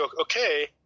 okay